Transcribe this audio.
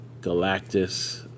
Galactus